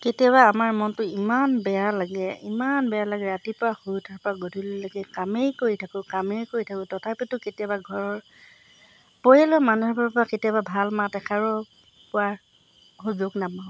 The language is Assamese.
কেতিয়াবা আমাৰ মনটো ইমান বেয়া লাগে ইমান বেয়া লাগে ৰাতিপুৱা শুই উঠাৰ পৰা গধূলিলৈকে কামেই কৰি থাকোঁ কামেই কৰি থাকোঁ তথাপিতো কেতিয়াবা ঘৰৰ পৰিয়ালৰ মানুহবোৰৰ পৰা কেতিয়াবা ভাল মাত এষাৰো পোৱাৰ সুযোগ নাপাওঁ